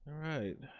right,